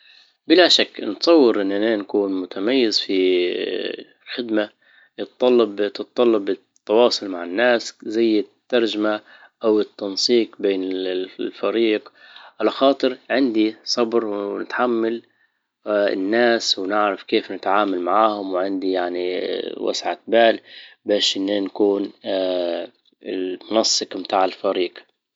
بلا شك نتصور اننا نكون متميز في خدمة تتطلب التواصل مع الناس زي الترجمة او التنسيق بين الفريق على خاطر عندي صبر ونتحمل الناس ونعرف كيف نتعامل معاهم وعندي يعني وسعة بال باش نكون المنسق متاع الفريج